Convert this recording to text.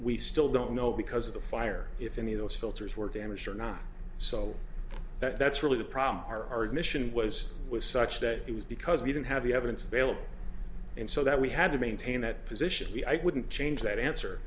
we still don't know because of the fire if any of those filters were damaged or not so that's really the problem our mission was was such that it was because we didn't have the evidence available and so that we had to maintain that position we wouldn't change that answer